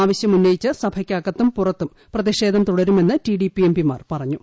ആവശ്യം ഉന്നയിച്ച് സഭയ്ക്ക് അകത്തും പുറത്തും പ്രതിഷേധം തുടരുമെന്ന് T D P M Shimar പറഞ്ഞു